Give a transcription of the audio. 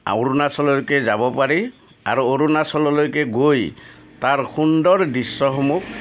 অৰুণাচললৈকে যাব পাৰি আৰু অৰুণাচললৈকে গৈ তাৰ সুন্দৰ দৃশ্যসমূহ